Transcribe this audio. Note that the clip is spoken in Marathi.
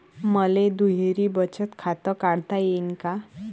मले दुहेरी बचत खातं काढता येईन का?